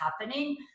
happening